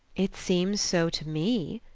it seems so to me,